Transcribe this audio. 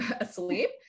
asleep